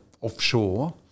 offshore